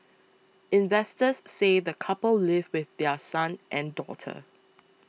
investors say the couple live with their son and daughter